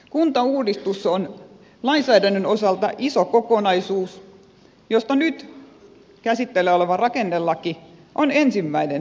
kuntauudistus on lainsäädännön osalta iso kokonaisuus josta nyt käsittelyssä oleva rakennelaki on ensimmäinen eduskuntaan tuleva